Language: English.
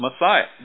Messiah